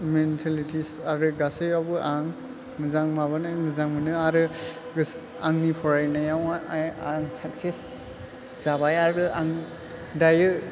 मेन्थेलिटिस आरो गासैयावबो आं मोजां माबानो मोजां मोनो आरो आंनि फरायनायाव आं साकचेस जाबाय आरो आं दायो